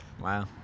Wow